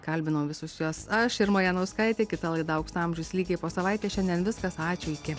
kalbinau visus juos aš irma janauskaitė kita laida aukso amžius lygiai po savaitės šiandien viskas ačiū iki